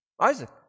Isaac